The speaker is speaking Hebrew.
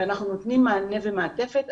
אנחנו נותנים מענה ומעטפת,